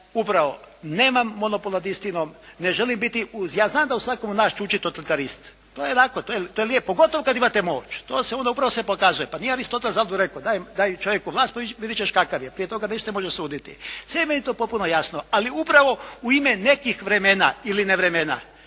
upravo nemam monopol nad istinom, ne želim biti uz, ja znam da u svakom od nas čuči totalitarist. To je lijepo pogotovo kad imate moć, to se onda upravo pokazuje. Pa nije Aristotel zato rekao "Daj čovjeku vlast, vidjet ćeš kakav je.", prije toga nećete moći suditi. Sve je to meni potpuno jasno. Ali upravo u ime nekih vremena ili nevremena,